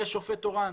יש שופט תורן,